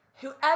Whoever